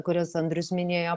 kurias andrius minėjo